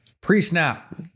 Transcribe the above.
Pre-snap